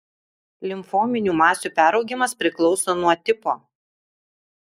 limfominių masių peraugimas priklauso nuo tipo